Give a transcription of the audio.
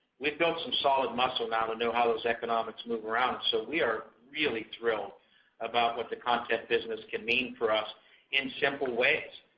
we've got some solid muscle now to know how those economics move around. so we are really thrilled about what the content business can mean for us in simple ways.